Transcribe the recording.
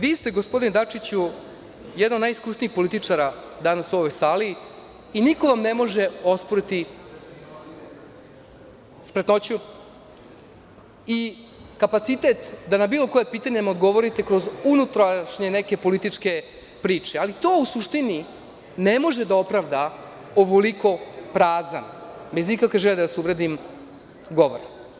Vi ste, gospodine Dačiću, jedan od najiskusnijih političara danas u ovoj sali i niko vam ne može osporiti spretnoću i kapacitet da na bilo koje pitanje odgovorite kroz unutrašnje neke političke priče, ali to u suštini ne može da opravda ovoliko prazan, bez ikakve želje da vas uvredim, govor.